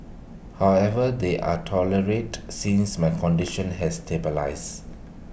however they are tolerate since my condition has stabilised